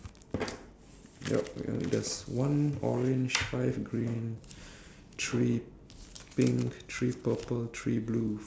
for blue purple and pink I have three each for green I have five orange one so basically my green and orange